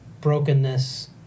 brokenness